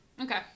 Okay